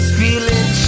feeling